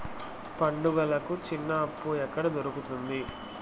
పండుగలకి చిన్న అప్పు ఎక్కడ దొరుకుతుంది